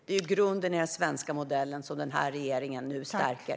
Det är grunden i den svenska modellen - som den här regeringen nu stärker.